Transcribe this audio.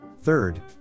Third